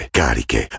cariche